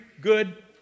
good